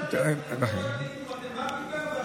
אתה דורש ממני גם ללמוד גמרא,